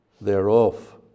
thereof